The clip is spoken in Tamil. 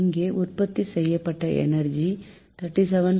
இங்கே உற்பத்தி செய்யப்பட்ட எனர்ஜி 37